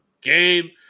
game